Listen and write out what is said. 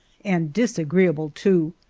and disagreeable too.